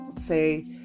say